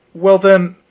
well, then,